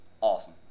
Awesome